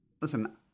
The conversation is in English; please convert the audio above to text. listen